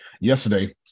Yesterday